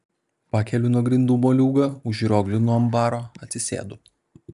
pakeliu nuo grindų moliūgą užrioglinu ant baro atsisėdu